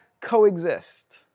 coexist